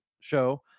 show